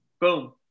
Boom